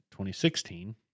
2016